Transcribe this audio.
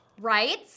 Right